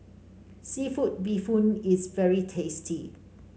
seafood Bee Hoon is very tasty